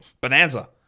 bonanza